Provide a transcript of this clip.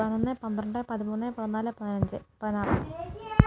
പതിനൊന്ന് പന്ത്രണ്ട് പതിമൂന്ന് പതിനാല് പതിനഞ്ച് പതിനാറ്